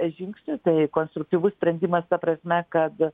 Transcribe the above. žingsniui tai konstruktyvus sprendimas ta prasme kad